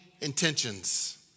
intentions